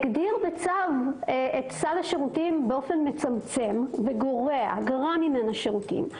הגדיר בצו את סל השירותים באופן מצמצם וגורע גרע ממנו שירותים,